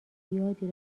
زیادی